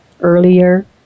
earlier